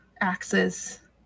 axes